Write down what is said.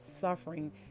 suffering